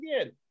again